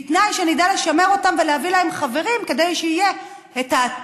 בתנאי שנדע לשמר אותם ולהביא להם חברים כדי שתהיה עתודה.